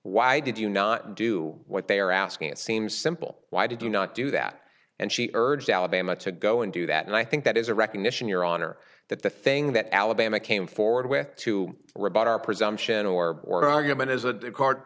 why did you not do what they are asking it seems simple why did you not do that and she urged alabama to go and do that and i think that is a recognition your honor that the thing that alabama came forward with to rebut our presumption or or argument is